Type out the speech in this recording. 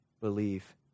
believe